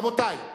רבותי,